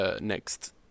next